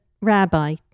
Rabbi